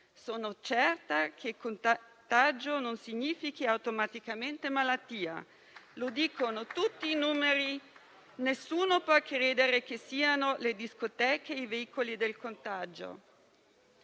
«Sono certa che contagio non significhi automaticamente malattia. Lo dicono tutti i numeri. Nessuno può credere che siano le discoteche i veicoli del contagio».